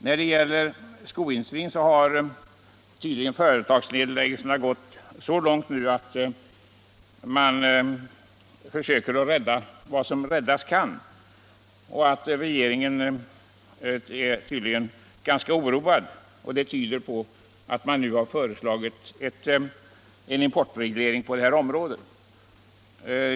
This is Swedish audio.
När det gäller skoindustrin har tydligen företagsnedläggelserna nu gått så långt att man försöker rädda vad som räddas kan. Regeringen är ganska oroad, vilket förslaget till importreglering tyder på.